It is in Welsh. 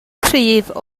cryf